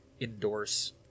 endorse